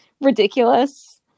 ridiculous